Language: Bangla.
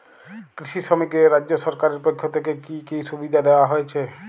কৃষি শ্রমিকদের রাজ্য সরকারের পক্ষ থেকে কি কি সুবিধা দেওয়া হয়েছে?